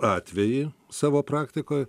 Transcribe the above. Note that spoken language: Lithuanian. atvejį savo praktikoj